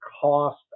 cost